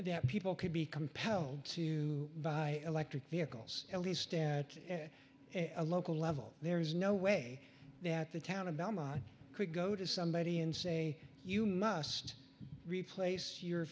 that people could be compelled to buy electric vehicles at least a local level there is no way that the town of belmont could go to somebody and say you must replace your